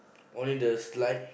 only the slide